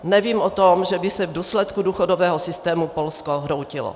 Nevím o tom, že by se v důsledku důchodového systému Polsko hroutilo.